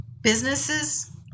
Businesses